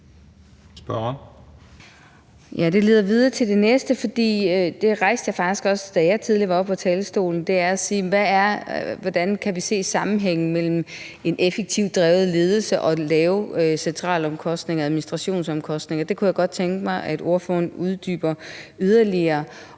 Det leder videre til det næste, og det spørgsmål rejste jeg faktisk også, da jeg tidligere var oppe på talerstolen, nemlig hvordan vi kan se sammenhængen mellem en effektivt drevet ledelse og lave centralomkostninger, administrationsomkostninger. Det kunne jeg godt tænke mig at ordføreren uddyber yderligere.